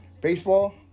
Baseball